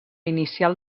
inicial